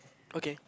okay